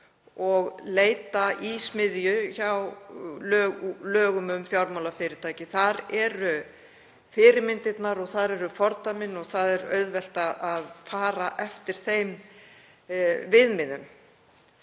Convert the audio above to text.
og leita í smiðju hjá lögum um fjármálafyrirtæki. Þar eru fyrirmyndirnar og þar eru fordæmin og það er auðvelt að fara eftir þeim viðmiðum.